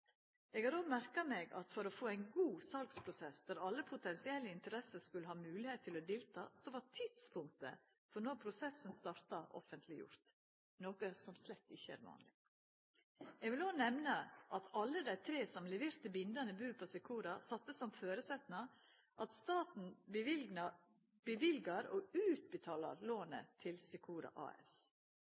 Eg har òg merka meg at for å få ein god salsprosess, der alle potensielle interesser skulle ha mogelegheit til å delta, vart tidspunktet for når prosessen starta offentleggjort – noko som slett ikkje er vanleg. Eg vil òg nemna at alle dei tre som leverte bindande bod på Secora, sette som føresetnad at staten løyver og utbetaler lånet til Secora AS.